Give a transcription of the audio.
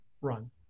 run